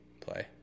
play